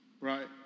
Right